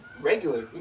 regular